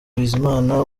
bizimana